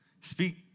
Speak